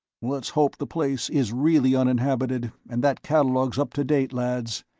let's hope the place is really uninhabited and that catalogue's up to date, lads.